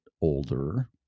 older